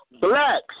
Blacks